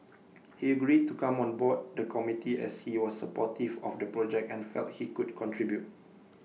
he agreed to come on board the committee as he was supportive of the project and felt he could contribute